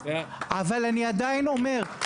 אבל אני עדיין אומר,